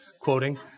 quoting